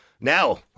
Now